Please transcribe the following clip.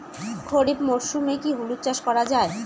খরিফ মরশুমে কি হলুদ চাস করা য়ায়?